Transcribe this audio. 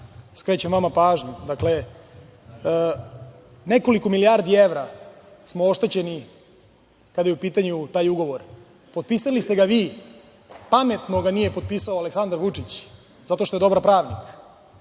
skrećem vama pažnju. Dakle, nekoliko milijardi evra smo oštećeni kada je u pitanju taj ugovor. Potpisali ste ga vi, pametno ga nije potpisao Aleksandar Vučić, zato što je dobar pravnik,